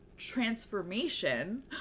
transformation